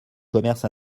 commerce